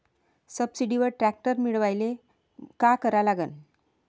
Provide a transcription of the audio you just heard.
सबसिडीवर ट्रॅक्टर मिळवायले का करा लागन?